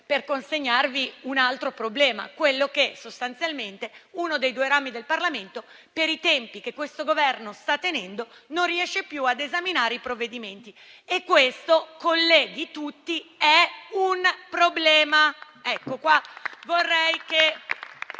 per consegnarvi un altro problema, quello che sostanzialmente uno dei due rami del Parlamento, per i tempi che questo Governo sta tenendo, non riesce più ad esaminare i provvedimenti. Questo, colleghi - e mi rivolgo a